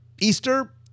Easter